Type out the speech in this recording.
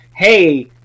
hey